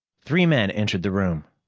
three men entered the room.